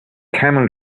camel